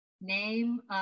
name